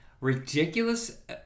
ridiculous